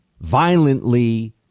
violently